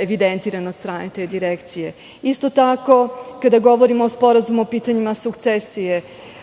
evidentirane od strane te direkcije. Isto tako, kada govorimo o Sporazumu o pitanjima sukcesije,